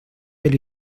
del